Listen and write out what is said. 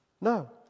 No